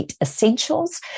Essentials